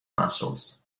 muscles